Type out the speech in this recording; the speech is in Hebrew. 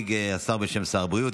שהציג השר בשם שר הבריאות?